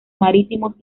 marítimos